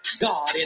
God